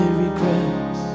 regrets